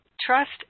trust